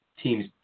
team's